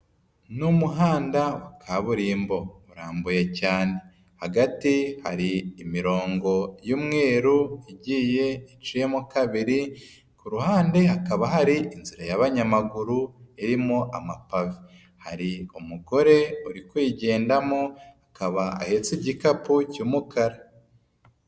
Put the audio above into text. Ni umuhanda kaburimbo urambuye cyane, hagati hari imirongo y'umweru igiye icyemo kabiri, ku ruhande hakaba hari inzira y'abanyamaguru irimo amapave, hari umugore uri kuyigendamo akaba ahetse igikapu cy'umukara.